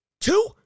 two